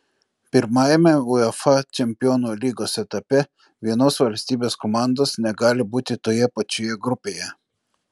pirmajame uefa čempionų lygos etape vienos valstybės komandos negali būti toje pačioje grupėje